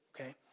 Okay